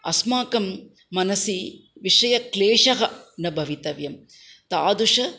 अस्माकं मनसि विषयक्लेशः न भवितव्यं तादृशम्